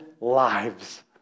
lives